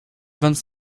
vingt